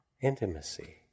intimacy